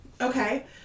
Okay